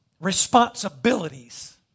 responsibilities